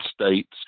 States